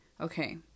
Okay